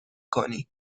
کنی